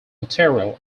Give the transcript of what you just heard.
material